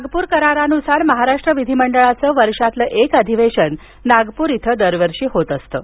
नागपूर करारानुसार महाराष्ट्र विधिमंडळाचं वर्षातलं एक अधिवेशन नागपूर इथं दरवर्षी होत असतं